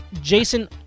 Jason